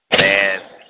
Man